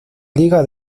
liga